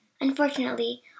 unfortunately